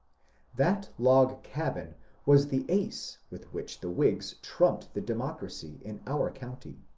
that log cabin was the ace with which the whigs trumped the democracy in our county.